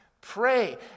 pray